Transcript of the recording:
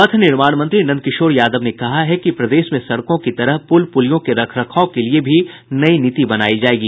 पथ निर्माण मंत्री नंदकिशोर यादव ने कहा है कि प्रदेश में सड़कों की तरह पूल पूलियों के रख रखाव के लिये नई नीति बनायी जायेगी